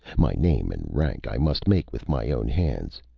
my name and rank i must make with my own hands.